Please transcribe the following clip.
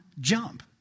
jump